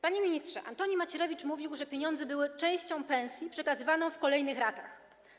Panie ministrze, Antoni Macierewicz mówił, że pieniądze były częścią pensji przekazywaną w kolejnych ratach.